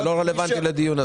זה לא רלוונטי לדיון הזה.